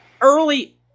early –